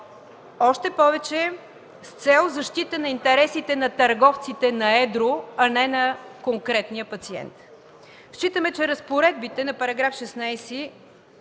още повече, с цел защита интереса на търговците на едро, а не на конкретния пациент. Считаме, че разпоредбите на § 16